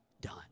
done